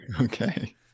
Okay